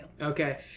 okay